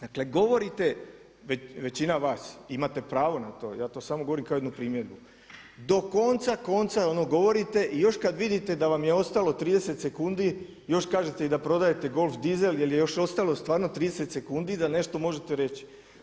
Dakle govorite, većina vas, imate pravo na to, ja to samo govorim kao jednu primjedbu, do konca konca ono govorite i još kada vidite da vam je ostalo 30 sekundi još kažete i da prodajete golf dizel jer je još ostalo stvarno 30 sekundi i da nešto možete reći.